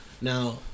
Now